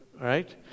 right